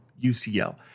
UCL